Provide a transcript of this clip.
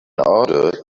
order